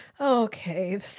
okay